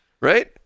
right